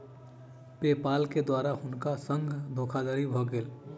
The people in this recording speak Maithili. पे पाल के द्वारा हुनका संग धोखादड़ी भ गेल